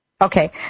Okay